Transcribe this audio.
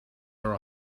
are